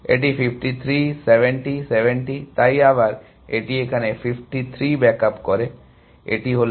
সুতরাং এটি 53 70 70 তাই আবার এটি এখানে 53 ব্যাক আপ করে এটি হল 53 70 60